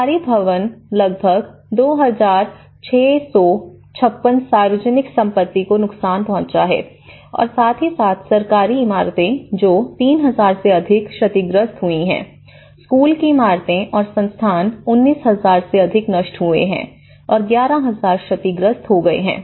सरकारी भवनों लगभग 2656 सार्वजनिक संपत्ति को नुकसान पहुँचा है और साथ ही साथ सरकारी इमारतें जो 3000 से अधिक क्षतिग्रस्त हुई हैं स्कूल की इमारतें और संस्थान 19000 से अधिक नष्ट हुए हैं और 11000 क्षतिग्रस्त हो गए हैं